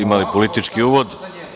Imali ste politički uvod.